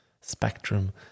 spectrum